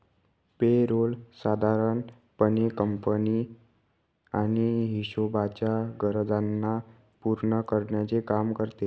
पे role साधारण पणे company आणि हिशोबाच्या गरजांना पूर्ण करण्याचे काम करते